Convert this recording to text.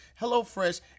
HelloFresh